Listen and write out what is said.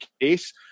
case